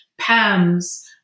PAMS